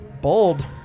Bold